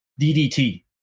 DDT